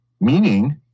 meaning